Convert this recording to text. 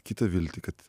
kitą viltį kad